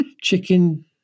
Chicken